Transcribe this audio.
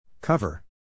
Cover